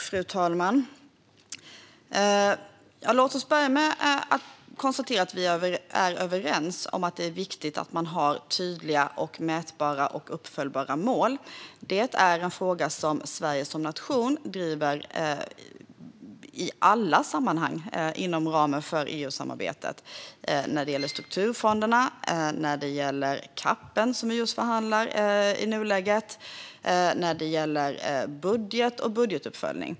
Fru talman! Låt mig börja med att konstatera att vi är överens om att det är viktigt att man har tydliga, mätbara och uppföljbara mål. Det är en fråga som Sverige som nation driver i alla sammanhang inom ramen för EU-samarbetet: när det gäller strukturfonderna, när det gäller CAP:en som vi i nuläget förhandlar om, när det gäller budget och budgetuppföljning.